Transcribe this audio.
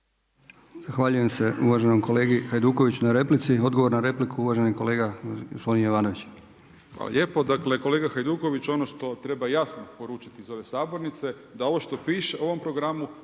Zahvaljujem se uvaženom kolegi Hajdukoviću na replici. Odgovor na repliku uvaženi kolega gospodin Jovanović. **Jovanović, Željko (SDP)** Hvala lijepo. Dakle kolega Hajduković ono što treba jasno poručiti iz ove sabornice da ovo što piše u ovom programu